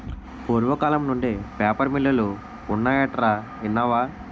పూర్వకాలం నుండే పేపర్ మిల్లులు ఉన్నాయటరా ఇన్నావా